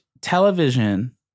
television